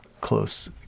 close